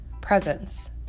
presence